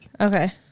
Okay